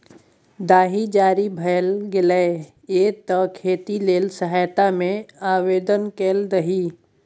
दाही जारी भए गेलौ ये तें खेती लेल सहायता मे आवदेन कए दही